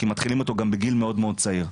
כי מתחילים אותו גם בגיל מאוד מאוד צעיר.